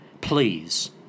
Please